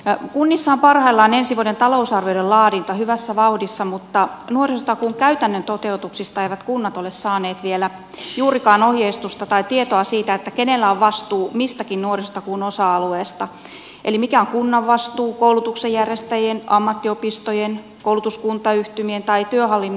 kunnissa on parhaillaan ensi vuoden talousarvioiden laadinta hyvässä vauhdissa mutta nuorisotakuun käytännön toteutuksista eivät kunnat ole saaneet vielä juurikaan ohjeistusta tai tietoa siitä kenellä on vastuu mistäkin nuorisotakuun osa alueesta eli mikä on kunnan vastuu koulutuksen järjestäjien ammattiopistojen koulutuskuntayhtymien tai työvoimahallinnon vastuu